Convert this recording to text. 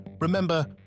Remember